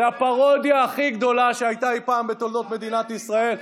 זו הפרודיה הכי גדולה שהייתה אי פעם בתולדות מדינת ישראל.